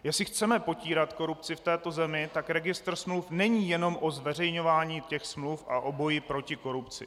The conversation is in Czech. Jestli chceme potírat korupci v této zemi, tak registr smluv není jenom o zveřejňování těch smluv a o boji proti korupci.